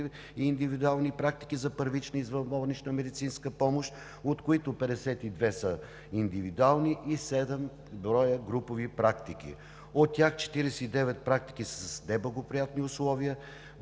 и индивидуални практики за първична извънболнична медицинска помощ, от които 52 са индивидуални, и седем броя групови практики, от тях 49 практики са с неблагоприятни условия.